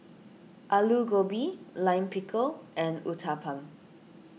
Alu Gobi Lime Pickle and Uthapam